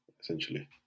Essentially